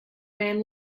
man